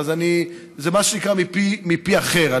זה מה שנקרא מפי אחר,